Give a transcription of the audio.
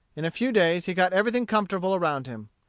in a few days he got everything comfortable around him.